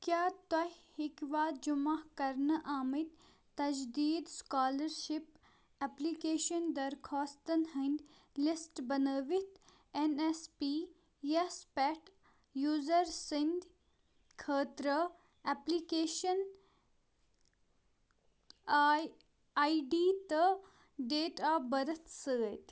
کیٛاہ تُہۍ ہیٚکوا جمع کرنہٕ آمٕتۍ تجدیٖد سُکالرشپ ایٚپلِکیشن درخوٛاستَن ہنٛدۍ لسٹہٕ بنایِتھ ایٚن ایٚس پی یَس پٮ۪ٹھ یوزَر سٕنٛدۍ خٲطرٕ ایٛپلِکیشن آے ڈی تہٕ ڈیٹ آف بٔرتھ سۭتۍ